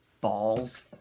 balls